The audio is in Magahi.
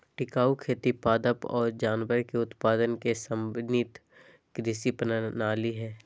टिकाऊ खेती पादप और जानवर के उत्पादन के समन्वित कृषि प्रणाली हइ